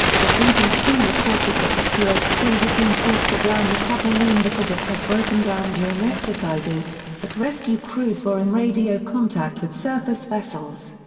the bbc reported that the kursk crew had been forced to ground the submarine because it has broken down during exercises but rescue crews were in radio contact with surface vessels.